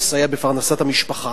לסייע בפרנסת המשפחה.